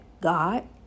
God